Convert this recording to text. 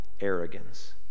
arrogance